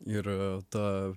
ir ta